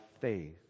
faith